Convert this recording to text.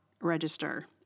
register